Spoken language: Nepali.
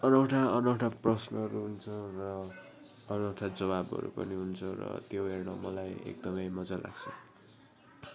अनौठा अनौठा प्रश्नहरू हुन्छ र अनौठा जवाबहरू पनि हुन्छ र त्यो एउटा मलाई एकदमै मजा लाग्छ